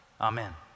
amen